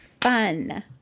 fun